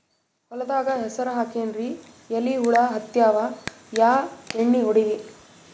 ಹೊಲದಾಗ ಹೆಸರ ಹಾಕಿನ್ರಿ, ಎಲಿ ಹುಳ ಹತ್ಯಾವ, ಯಾ ಎಣ್ಣೀ ಹೊಡಿಲಿ?